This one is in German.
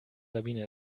sabine